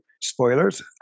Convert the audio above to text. spoilers